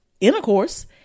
intercourse